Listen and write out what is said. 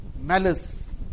malice